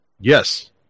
Yes